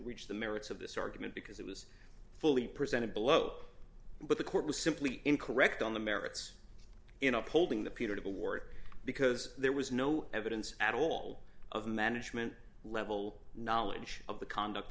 which the merits of this argument because it was fully presented below but the court was simply incorrect on the merits in upholding the punitive award because there was no evidence at all of management level knowledge of the conduct